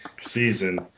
season